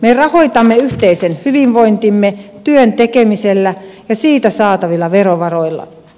me rahoitamme yhteisen hyvinvointimme työn tekemisellä ja siitä saatavilla verovaroilla